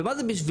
ומה זה בשבילנו?